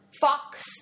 fox